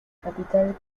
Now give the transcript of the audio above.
capital